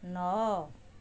ନଅ